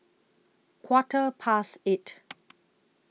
Quarter Past eight